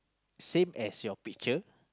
same as your picture